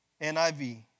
NIV